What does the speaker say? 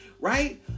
Right